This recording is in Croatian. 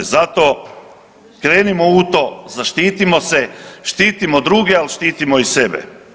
Zato krenimo u to, zaštitimo se, štitimo druge, ali štitimo i sebe.